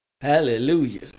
Hallelujah